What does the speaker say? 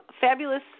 fabulous